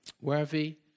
worthy